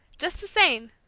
just the same,